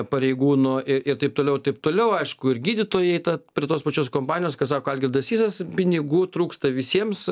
pareigūnų i ir taip toliau taip toliau aišku ir gydytojai ta prie tos pačios kompanijos ką sako algirdas sysas pinigų trūksta visiems